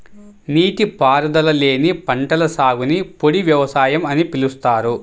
నీటిపారుదల లేని పంటల సాగుని పొడి వ్యవసాయం అని పిలుస్తారు